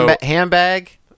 Handbag